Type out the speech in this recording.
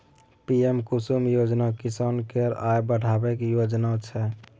PM Kusum योजना किसान केर आय बढ़ेबाक योजना छै